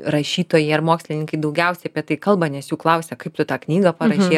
rašytojai ar mokslininkai daugiausiai apie tai kalba nes jų klausia kaip tu tą knygą parašei